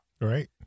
Right